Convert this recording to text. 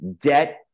debt